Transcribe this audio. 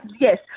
Yes